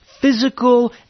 physical